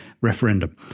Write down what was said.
referendum